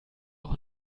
auch